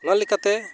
ᱚᱱᱟᱞᱮᱠᱟᱛᱮ